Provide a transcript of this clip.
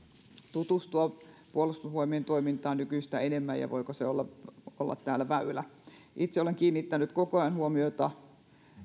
tutustua puolustusvoimien toimintaan nykyistä enemmän ja voiko se olla olla täällä väylä itse olen kiinnittänyt koko ajan huomiota